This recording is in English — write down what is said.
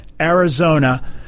Arizona